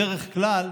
בדרך כלל